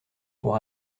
pour